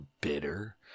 bitter